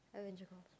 Adventure-Cove